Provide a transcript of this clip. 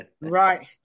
Right